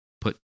put